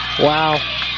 Wow